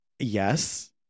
Yes